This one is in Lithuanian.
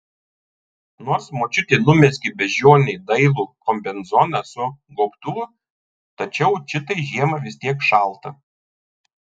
nors močiutė numezgė beždžionei dailų kombinezoną su gobtuvu tačiau čitai žiemą vis tiek šalta